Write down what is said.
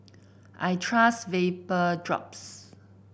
I trust Vapodrops